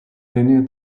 linear